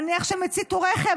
נניח שהם הציתו רכב,